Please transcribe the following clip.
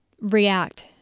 react